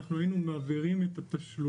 אנחנו היינו מעבירים את התשלומים,